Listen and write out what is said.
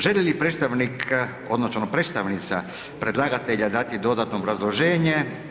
Želi li predstavnik odnosno predstavnica predlagatelja dati dodatno obrazloženje?